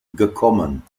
gekommen